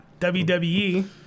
WWE